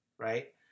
Right